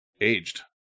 aged